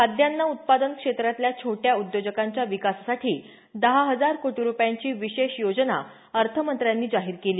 खाद्यान्न उत्पादन क्षेत्रातल्या छोट्या उद्योगांच्या विकासासाठी दहा हजार कोटी रुपयांची विशेष योजना अर्थमंत्र्यांनी जाहीर केली